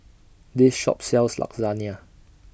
This Shop sells Lasagna